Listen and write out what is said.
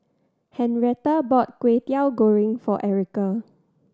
Henretta bought Kway Teow Goreng for Erica